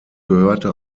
gehörte